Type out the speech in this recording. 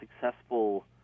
successful